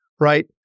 right